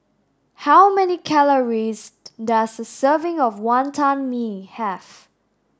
how many calories does a serving of Wantan Mee have